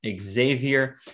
xavier